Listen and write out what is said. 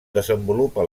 desenvolupa